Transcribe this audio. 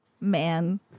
man